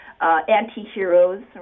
anti-heroes